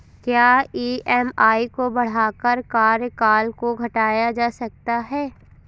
क्या ई.एम.आई को बढ़ाकर कार्यकाल को घटाया जा सकता है?